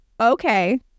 Okay